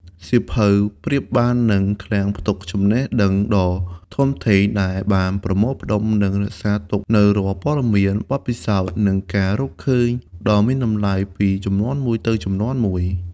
សៀវភៅប្រៀបបាននឹង ឃ្លាំងផ្ទុកចំណេះដឹងដ៏ធំធេង ដែលបានប្រមូលផ្តុំ និងរក្សាទុកនូវរាល់ព័ត៌មាន បទពិសោធន៍ និងការរកឃើញដ៏មានតម្លៃពីជំនាន់មួយទៅជំនាន់មួយ។